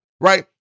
right